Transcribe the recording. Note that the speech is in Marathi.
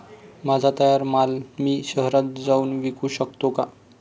माझा तयार माल मी शहरात जाऊन विकू शकतो का?